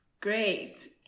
great